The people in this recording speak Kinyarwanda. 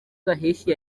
gaheshyi